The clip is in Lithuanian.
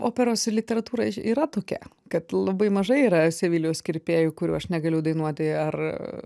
operos literatūra yra tokia kad labai mažai yra sevilijos kirpėjų kurių aš negaliu dainuoti ar